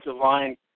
line